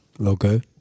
Okay